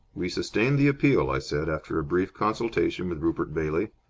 we sustain the appeal, i said, after a brief consultation with rupert bailey.